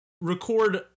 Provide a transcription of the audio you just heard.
record